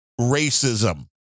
racism